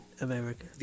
America